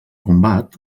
combat